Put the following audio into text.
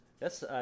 Yes